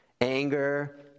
Anger